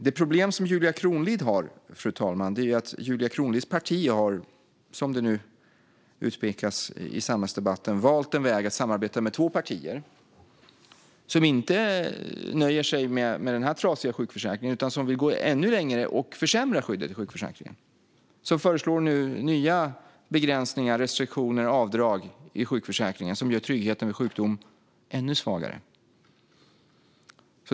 Det problem som Julia Kronlid har, fru talman, är att hennes parti, som det nu utpekas i samhällsdebatten, har valt en väg att samarbeta med två partier som inte nöjer sig med den här trasiga sjukförsäkringen utan som vill gå ännu längre och försämra skyddet i sjukförsäkringen. De föreslår nu nya begränsningar, restriktioner och avdrag i sjukförsäkringen som gör tryggheten vid sjukdom ännu svagare.